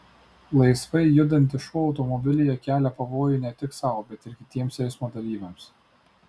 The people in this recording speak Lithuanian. laisvai judantis šuo automobilyje kelia pavojų ne tik sau bet ir kitiems eismo dalyviams